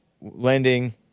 lending